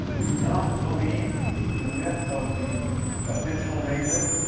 do not believe the myth of the the digital native,